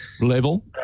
Level